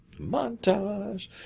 Montage